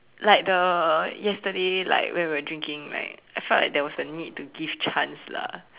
like the yesterday like when we were drinking right I felt like there was a need to give chance lah